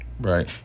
Right